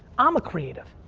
i'm a creative.